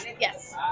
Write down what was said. yes